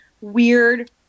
weird